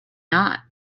not